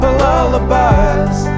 lullabies